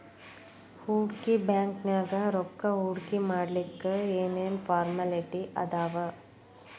ಹೂಡ್ಕಿ ಬ್ಯಾಂಕ್ನ್ಯಾಗ್ ರೊಕ್ಕಾ ಹೂಡ್ಕಿಮಾಡ್ಲಿಕ್ಕೆ ಏನ್ ಏನ್ ಫಾರ್ಮ್ಯಲಿಟಿ ಅದಾವ?